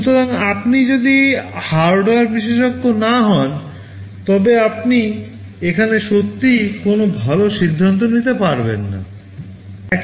সুতরাং আপনি যদি হার্ডওয়্যার বিশেষজ্ঞ না হন তবে আপনি এখানে সত্যিই কোনও ভাল সিদ্ধান্ত নিতে পারবেন না